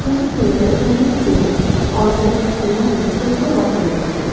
skin care शयूं जो order मिलण में केतिरो वक़्ति लॻंदो